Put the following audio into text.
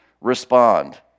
respond